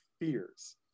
fears